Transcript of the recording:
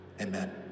Amen